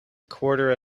quarter